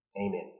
Amen